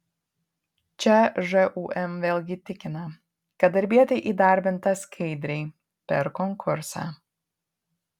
čia žūm vėlgi tikina kad darbietė įdarbinta skaidriai per konkursą